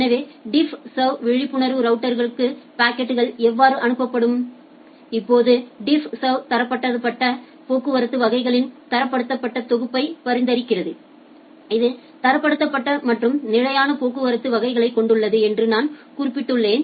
எனவே டிஃப்ஸர்வ் விழிப்புணர்வு ரவுட்டர்களுக்கு பாக்கெட்கள் எவ்வாறு அனுப்பப்படும் இப்போது டிஃப்ஸர்வ் தரப்படுத்தப்பட்ட போக்குவரத்து வகைகளின் தரப்படுத்தப்பட்ட தொகுப்பை பரிந்துரைக்கிறது இது தரப்படுத்தப்பட்ட மற்றும் நிலையான போக்குவரத்து வகைகளைக் கொண்டுள்ளது என்று நான் குறிப்பிட்டுள்ளேன்